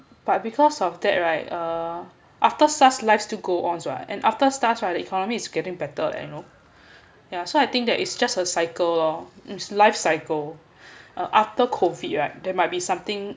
but because of that right uh after SARS life still go on right and after SARS right economy's getting better and you know ya so I think that it's just a cycle lor it's life cycle uh after COVID right there might be something